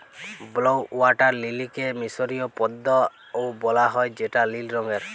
blue water লিলিকে মিসরীয় পদ্দা ও বলা হ্যয় যেটা লিল রঙের